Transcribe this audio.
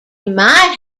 might